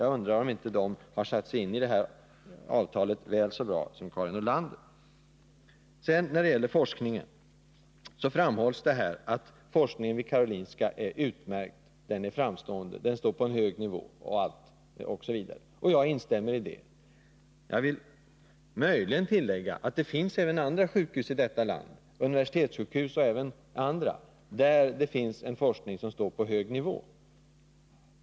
Jag undrar om inte de har satt sig in i avtalet väl så bra som Karin Nordlander. Det framhålls här att forskningen vid Karolinska sjukhuset är utmärkt, framstående, står på hög nivå osv. Jag instämmer i det. Jag vill möjligen tillägga att vi också har andra sjukhus i detta land, universitetssjukhus och andra, där det finns forskning som står på en hög nivå.